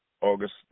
August